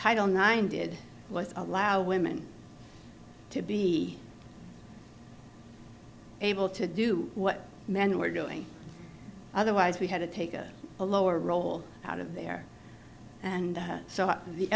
title nine did was allow women to be able to do what men were doing otherwise we had to take a lower role out of there and so the